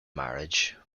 marriage